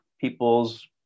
people's